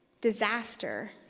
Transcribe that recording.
disaster